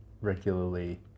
regularly